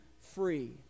free